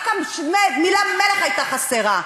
רק המילה מלך הייתה חסרה.